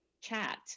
chat